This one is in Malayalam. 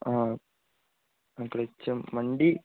അ ക്ലച്ചും വണ്ടി